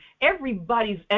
Everybody's